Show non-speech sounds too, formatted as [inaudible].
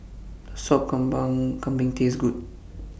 Does Sop [unintelligible] Kambing Taste Good